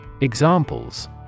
Examples